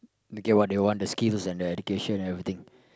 they get what they want the skills and the education and everything